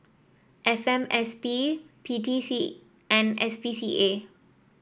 F M S P P T C and S P C A